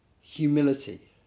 humility